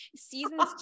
seasons